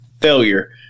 failure